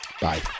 bye